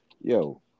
yo